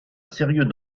sérieux